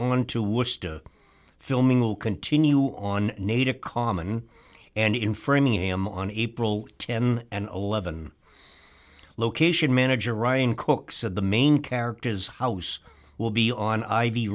on to which the filming will continue on native common and in framingham on april th and eleven location manager ryan cook said the main character's house will be on ivy